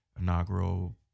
inaugural